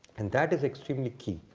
and that is extremely key.